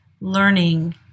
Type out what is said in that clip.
learning